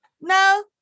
No